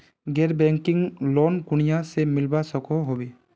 गैर banking loan कुनियाँ से मिलवा सकोहो होबे?